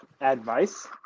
advice